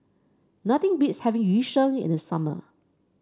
nothing beats having Yu Sheng in the summer